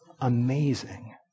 amazing